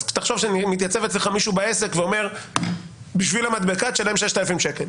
אז תחשוב שמתייצב אצלך מישהו בעסק ואומר: בשביל המדבקה תשלם 6,000 שקל.